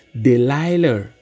Delilah